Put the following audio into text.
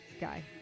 guy